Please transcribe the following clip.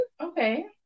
Okay